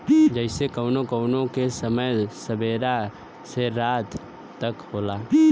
जइसे कउनो कउनो के समय सबेरा से रात तक क होला